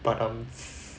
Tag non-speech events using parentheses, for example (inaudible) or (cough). but um (noise)